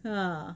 ah